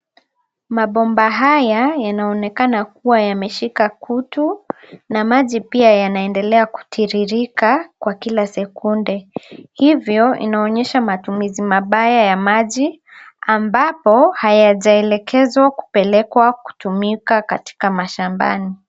Mabomba haya yanaonekana kuwa yameshika kutu na maji pia yanaendelea kutiririka kwa kila sekunde, hivyo inaonyesha matumizi mabaya ya maji ambapo hayajaelekezwa kupelekwa kutumika katika mashambani.